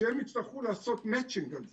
שהם יצטרכו לעשות מצ'ינג על זה.